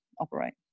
operate